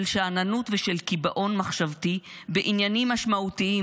של שאננות ושל קיבעון מחשבתי בעניינים משמעותיים